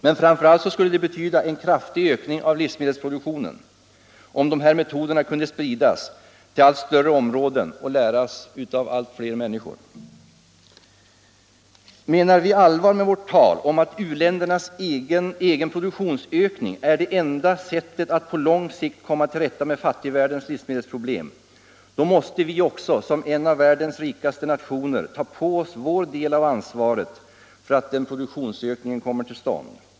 Men framför allt skulle det betyda en kraftig ökning av livsmedelsproduktionen om de här metoderna kunde spridas till allt större områden och läras av allt fler människor. Menar vi allvar med vårt tal om att u-ländernas egen produktionsökning är det enda sättet att på lång sikt komma till rätta med fattigvärldens livsmedelsproblem, då måste vi också som en av världens rikaste nationer ta på oss vår del av ansvaret för att en produktionsökning kommer till stånd.